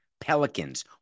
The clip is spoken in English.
Pelicans